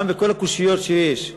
גם בכל הקושיות שיש,